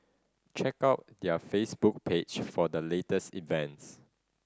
check out their Facebook page for the latest events